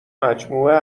مجموعه